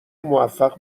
موفق